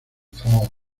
falls